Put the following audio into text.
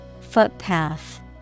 Footpath